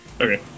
Okay